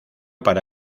para